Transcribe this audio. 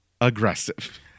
aggressive